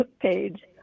page